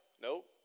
Nope